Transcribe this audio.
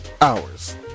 hours